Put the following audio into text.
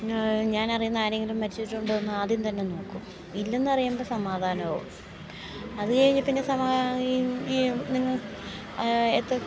പിന്നെ ഞാൻ അറിയുന്ന ആരെങ്കിലും മരിച്ചിട്ടുണ്ടോ എന്നു ആദ്യം തന്നെ നോക്കും ഇല്ല എന്നറിയുമ്പോൾ സമാധാനമാവും അത് കഴിഞ്ഞു പിന്നെ സമാധനം എത്ര